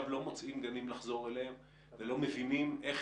הורים לא מוצאים גנים להחזיר אליהם את הילדים ולא מבינים איך